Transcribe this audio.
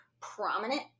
prominent